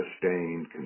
sustained